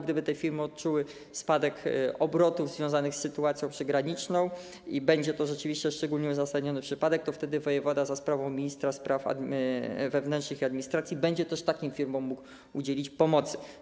Gdyby te firmy odczuły spadek obrotów związanych z sytuacją przygraniczną i byłby to rzeczywiście szczególnie uzasadniony przypadek, to wtedy wojewoda za sprawą ministra spraw wewnętrznych i administracji mógłby też takim firmom udzielić pomocy.